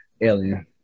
alien